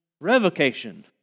revocation